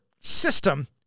system